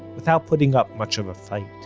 without putting up much of a fight